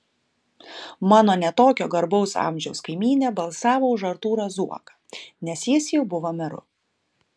mano ne tokio garbaus amžiaus kaimynė balsavo už artūrą zuoką nes jis jau buvo meru